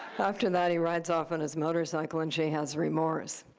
after that, he rides off on his motorcycle, and she has remorse.